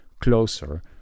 closer